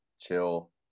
chill